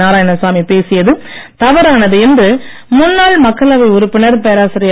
நாராயணசாமி பேசியது தவறானது என்று முன்னாள் மக்களவை உறுப்பினர் பேராசிரியர்